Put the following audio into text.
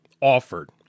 offered